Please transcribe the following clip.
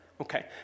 Okay